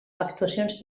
actuacions